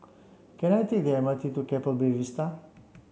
can I take the M R T to Keppel Bay Vista